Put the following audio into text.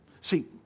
see